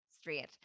straight